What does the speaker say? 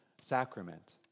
sacrament